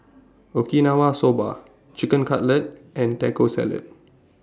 Okinawa Soba Chicken Cutlet and Taco Salad